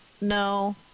No